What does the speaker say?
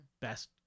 best